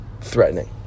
threatening